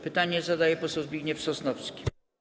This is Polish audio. Pytanie zadaje poseł Zbigniew Sosnowski.